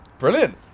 Brilliant